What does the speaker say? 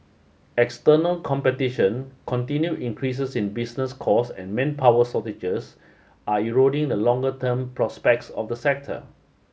external competition continued increases in business cost and manpower shortages are eroding the longer term prospects of the sector